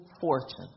fortune